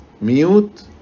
mute